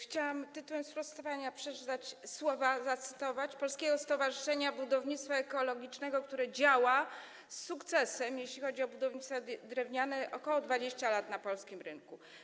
Chciałam tytułem sprostowania przeczytać, zacytować słowa Polskiego Stowarzyszenia Budownictwa Ekologicznego, które działa z sukcesem, jeśli chodzi o budownictwo drewniane, od ok. 20 lat na polskim rynku: